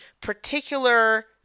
particular